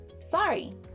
Sorry